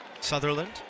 Sutherland